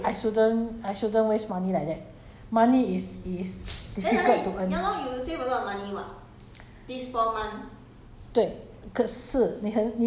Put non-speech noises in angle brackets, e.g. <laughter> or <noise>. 怎么进 all the no no no that is a waste <breath> you know I shouldn't shouldn't waste money like that money is is difficult to earn